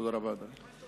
תודה רבה, אדוני.